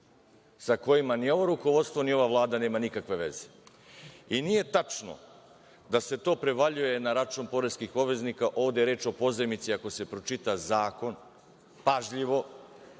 sa kojima ni ovo rukovodstvo, ni ova Vlada nema nikakve veze. Nije tačno da se to prevaljuje na račun poreskih obveznika. Ovde je reč o pozajmici, ako se pročita zakon pažljivo.